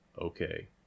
okay